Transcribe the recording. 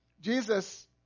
Jesus